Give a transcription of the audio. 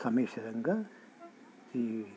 సమీశ్వరంగా ఈ